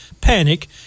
Panic